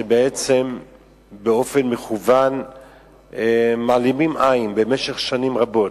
שבעצם באופן מכוון מעלימים עין במשך שנים רבות.